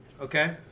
okay